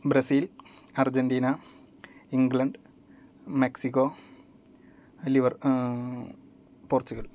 Brazil Argentina England Mexico Portugal